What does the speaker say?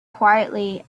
quietly